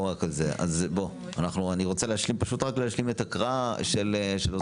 אני רוצה להשלים את ההקראה של הפרק הזה.